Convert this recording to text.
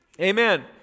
Amen